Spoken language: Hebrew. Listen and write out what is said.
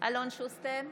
אלון שוסטר,